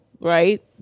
right